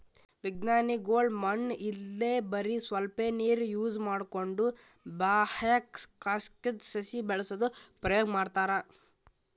ವಿಜ್ಞಾನಿಗೊಳ್ ಮಣ್ಣ್ ಇಲ್ದೆ ಬರಿ ಸ್ವಲ್ಪೇ ನೀರ್ ಯೂಸ್ ಮಾಡ್ಕೊಂಡು ಬಾಹ್ಯಾಕಾಶ್ದಾಗ್ ಸಸಿ ಬೆಳಸದು ಪ್ರಯೋಗ್ ಮಾಡ್ತಾರಾ